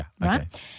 Right